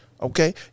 Okay